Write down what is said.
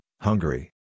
Hungary